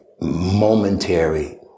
momentary